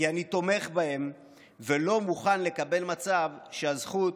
כי אני תומך בהם ולא מוכן לקבל מצב שהזכות